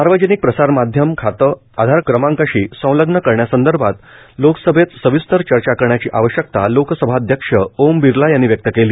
सार्वजनिक प्रसारमाध्यम खाते आधार क्रमांकाशी संलग्न करण्यासंदर्भात लोकसभेत सविस्तर चर्चाकरण्याची आवश्यकता लोकसभा अध्यक्ष ओम बिर्ला यांनी व्यक्त केली